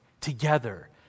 together